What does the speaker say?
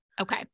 Okay